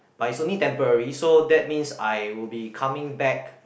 but is only temporary so that means I will be coming back